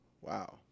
wow